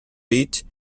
beach